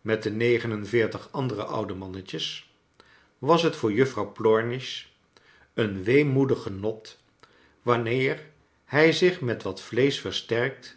met de negenenveertig andere oude mannetjes was het voor juffrouw plornish een weemoedig genot wanneer hij zich met wat vleesch versterkt